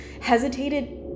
hesitated